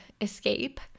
escape